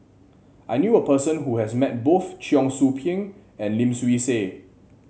I knew a person who has met both Cheong Soo Pieng and Lim Swee Say